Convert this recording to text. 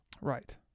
right